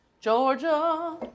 Georgia